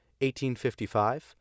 1855